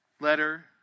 letter